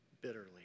bitterly